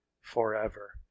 forever